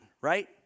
right